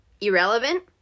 irrelevant